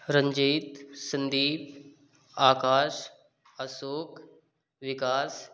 Ranjit Sandeep Akash Ashok Vikas